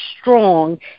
strong